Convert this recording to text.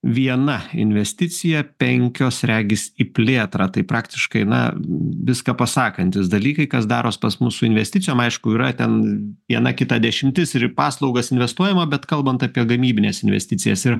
viena investicija penkios regis į plėtrą tai praktiškai na viską pasakantys dalykai kas daros pas mus su investicijom aišku yra ten viena kita dešimtis ir į paslaugas investuojama bet kalbant apie gamybines investicijas ir